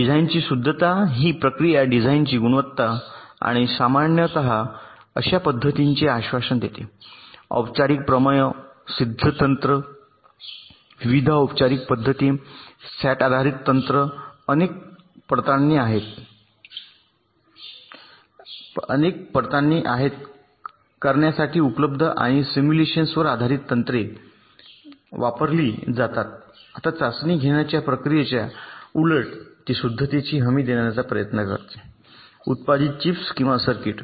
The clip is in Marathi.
डिझाइनची शुद्धता ही प्रक्रिया डिझाइनची गुणवत्ता आणि सामान्यत अशा पद्धतींचे आश्वासन देते औपचारिक प्रमेय सिद्ध तंत्र विविध औपचारिक पद्धती सॅट आधारित तंत्र अनेक आहेत पडताळणी करण्यासाठी उपलब्ध आणि सिम्युलेशनवर आधारित तंत्रे वापरली जातात आता चाचणी घेण्याच्या प्रक्रियेच्या उलट ते शुद्धतेची हमी देण्याचा प्रयत्न करते उत्पादित चिप्स किंवा सर्किट